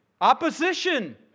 Opposition